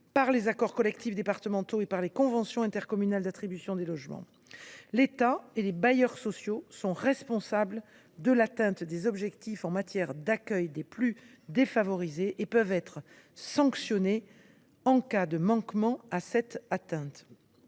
dans les accords collectifs départementaux et les conventions intercommunales d’attribution des logements. L’État et les bailleurs sociaux sont responsables de l’atteinte des objectifs en matière d’accueil des plus défavorisés et peuvent être sanctionnés en cas de manquement en la matière.